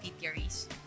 theories